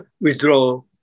withdraw